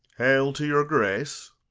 hail to your grace!